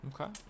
Okay